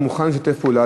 ומוכן לשתף פעולה,